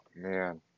man